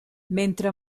mentre